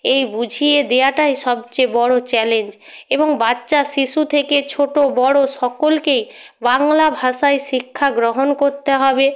এই বুঝিয়ে দেয়াটাই সবচেয়ে বড়ো চ্যালেঞ্জ এবং বাচ্চা শিশু থেকে ছোটো বড়ো সকলকেই বাংলা ভাষায় শিক্ষা গ্রহণ করতে হবে